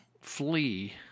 flee